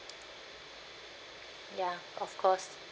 ya of course